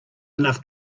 enough